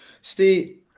Steve